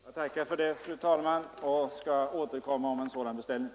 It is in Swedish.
Fru talman! Jag tackar för det beskedet och skall återkomma rörande en sådan beställning.